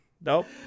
Nope